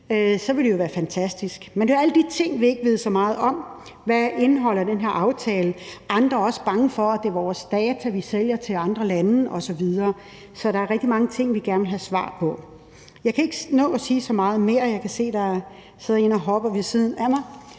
med til at producere den vaccine. Men det er alle de ting, vi ikke ved så meget om. Hvad indeholder den her aftale? Andre er også bange for, at det er vores data, vi sælger til andre lande osv. Så der er rigtig mange ting, vi gerne vil have svar på. Jeg kan ikke nå at sige så meget mere. Jeg kan se, at der sidder en og hopper ved siden af mig.